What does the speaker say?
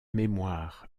mémoire